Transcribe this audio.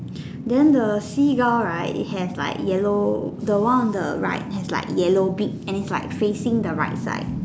then the seagull right it has like yellow the one on the right has like yellow beak and it's like facing the right side